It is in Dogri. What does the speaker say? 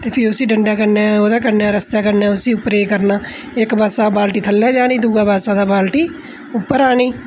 ओह्दे कन्नै रस्सै कन्नै उसी उप्परै ई करना इक पा्स्सै बाल्टी थल्लै जानी दूऐ पास्से दा बाल्टी उप्पर आनी